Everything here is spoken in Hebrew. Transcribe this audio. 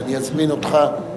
אני אזמין אותך.